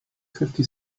fifty